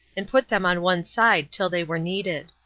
and put them on one side till they were needed.